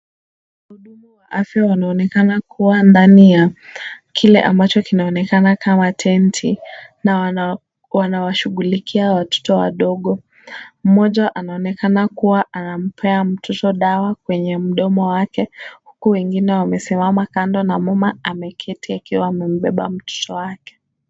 Wahudumu wa afya wanaonekana kuwa ndani ya kile ambacho kinaonekana kama tent na wanawashughulikia watoto wadogo. Mmoja anaonekana kuwa anampea mtoto dawa kwenye mdomo wake huku wengine wamesimama kando na mama ameketi akiwa amembeba mtoto wake.